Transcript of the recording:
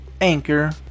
Anchor